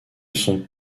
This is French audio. son